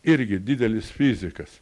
irgi didelis fizikas